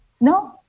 No